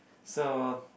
so